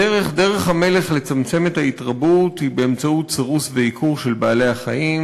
דרך המלך לצמצם את ההתרבות היא באמצעות סירוס ועיקור של בעלי-החיים.